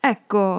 Ecco